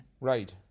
Right